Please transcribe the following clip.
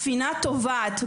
הספינה טובעת.